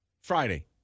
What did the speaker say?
Friday